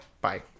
Bye